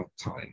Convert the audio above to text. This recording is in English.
time